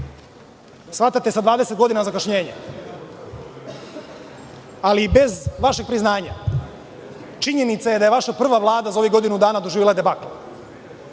shvatate sa 20 godina zakašnjenja, ali i bez vašeg priznanja, činjenica je da je vaša prva Vlada za ovih godinu dana doživela